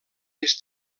més